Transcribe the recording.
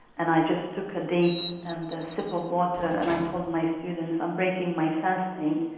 and i just took a date and a sip of water, and i told my students, i'm breaking my fasting.